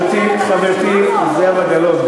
זה, זו תשובה, לא, גברתי, חברת הכנסת זהבה גלאון.